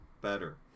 better